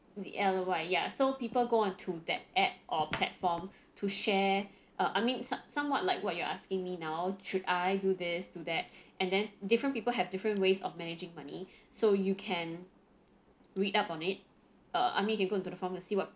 d_l_y ya so people go on to that app or platform to share uh I mean some somewhat like what you asking me now should I do this do that and then different people have different ways of managing money so you can read up on it uh I mean if you go into the forum and see what